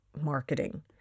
marketing